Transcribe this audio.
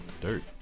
Dirt